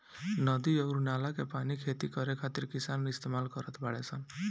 नदी अउर नाला के पानी खेती करे खातिर किसान इस्तमाल करत बाडे सन